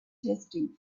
testing